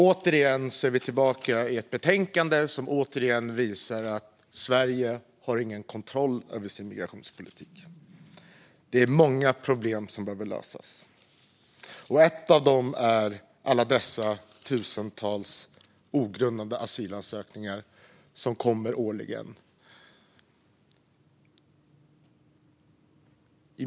Vi är tillbaka med ett betänkande som återigen visar att Sverige inte har någon kontroll över sin migrationspolitik. Det finns många problem som behöver lösas; ett av dem är de tusentals ogrundade asylansökningar som kommer årligen.